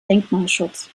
denkmalschutz